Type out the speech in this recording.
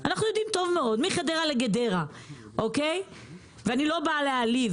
אלה מחדרה לגדרה, ואני לא באה להעליב.